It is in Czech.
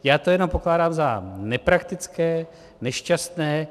Já to jenom pokládám za nepraktické, nešťastné.